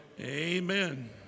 Amen